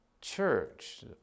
church